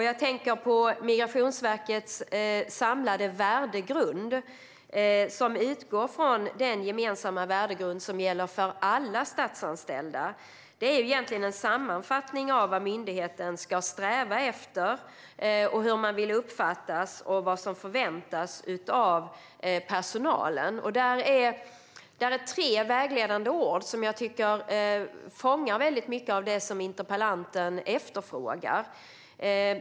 Jag tänker på Migrationsverkets samlade värdegrund, som utgår från den gemensamma värdegrund som gäller för alla statsanställda. Det är egentligen en sammanfattning av vad myndigheten ska sträva efter, hur man vill uppfattas och vad som förväntas av personalen. Där finns tre vägledande ord som jag tycker fångar mycket av det interpellanten efterfrågar.